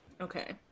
Okay